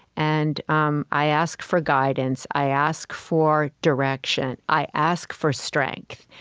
and um i ask for guidance. i ask for direction. i ask for strength.